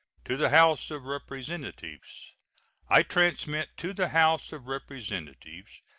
to the house of representatives i transmit to the house of representatives,